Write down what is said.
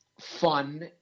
fun